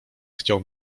chciał